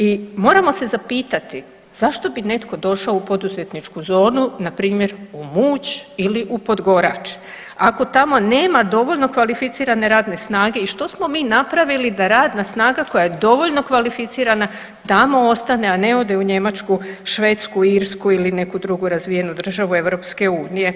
I moramo se zapitati zašto bi netko došao u poduzetničku zonu npr. u Muć ili u Podgorač ako tamo nema dovoljno kvalificirane radne snage i što smo mi napravili da radna snaga koja je dovoljno kvalificirana tamo ostane, a ne ode u Njemačku, Švedsku, Irsku ili neku drugu razvijenu državu EU?